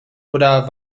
oder